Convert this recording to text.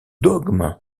dogme